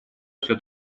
все